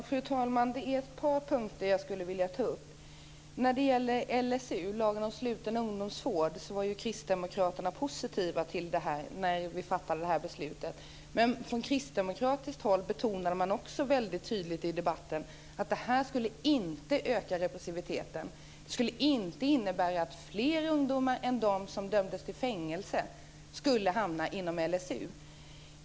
Fru talman! Jag vill ta upp ett par saker. När det gäller LSU, lagen om sluten ungdomsvård, var ju Kristdemokraterna positiva när vi fattade beslutet. Från kristdemokratiskt håll betonade man väldigt tydligt i debatten att det inte skulle öka repressiviteten. Det skulle inte innebära att fler ungdomar än de som dömdes till fängelse skulle hamna inom LSU.